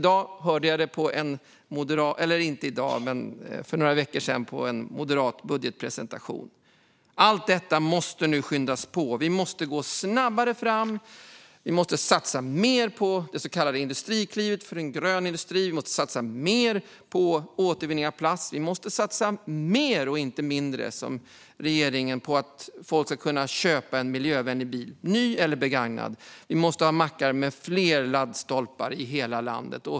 För några veckor sedan hörde jag det tas upp på en moderat budgetpresentation. Allt detta måste nu skyndas på. Vi måste gå snabbare fram. Vi måste satsa mer på det så kallade Industriklivet för en grön industri. Vi måste satsa mer på återvinning av plast. Vi måste satsa mer och inte mindre, som regeringen, på att folk ska kunna köpa en miljövänlig bil - ny eller begagnad. Vi måste ha mackar med fler laddstolpar i hela landet.